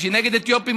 כשהיא נגד אתיופים,